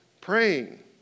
praying